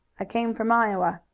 i came from iowa.